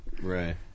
Right